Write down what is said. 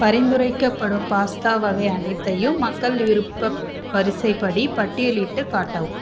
பரிந்துரைக்கப்படும் பாஸ்தா வகை அனைத்தையும் மக்கள் விருப்ப வரிசைப்படி பட்டியலிட்டுக் காட்டவும்